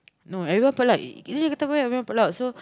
no everyone pot luck is it comfortable if everyone pot luck so